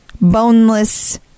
boneless